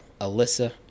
Alyssa